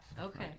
Okay